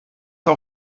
das